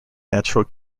natural